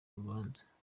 rubanza